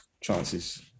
chances